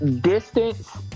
distance